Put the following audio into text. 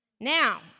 Now